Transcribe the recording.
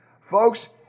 Folks